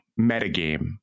metagame